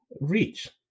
reach